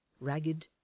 ragged